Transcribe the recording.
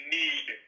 need